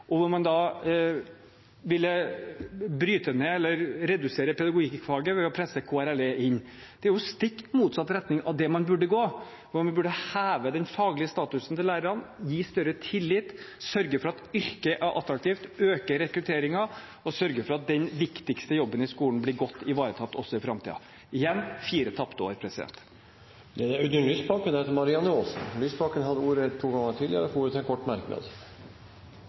år, hvor man skal legge inn ti dager med ekstra praksis, og man vil redusere pedagogikkfaget ved å presse KRLE inn. Det er i stikk motsatt retning av dit man burde gå, for man burde heve den faglige statusen til lærerne, gi større tillit, sørge for at yrket er attraktivt, øke rekrutteringen og sørge for at den viktigste jobben i skolen blir godt ivaretatt også i framtiden. Igjen: fire tapte år. Representanten Audun Lysbakken har hatt ordet to ganger tidligere og får ordet til en kort merknad,